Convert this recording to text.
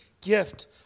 gift